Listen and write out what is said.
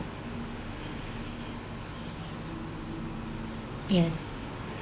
yes